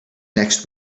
next